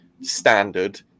standard